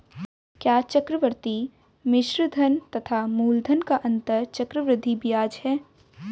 क्या चक्रवर्ती मिश्रधन तथा मूलधन का अंतर चक्रवृद्धि ब्याज है?